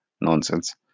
nonsense